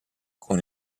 con